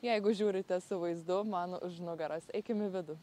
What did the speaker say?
jeigu žiūrite su vaizdu man už nugaros eikim į vidų